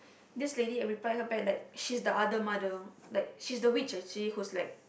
this lady replied her back like she's the other mother like she's the witch actually who's like